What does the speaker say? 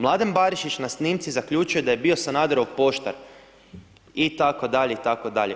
Mladen Barišić na snimci zaključuje da je bio Sanaderov poštar itd., itd.